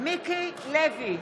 מיקי לוי,